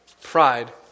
pride